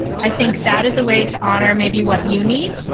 i think that is a way to honor maybe what you need,